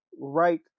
right